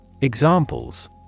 Examples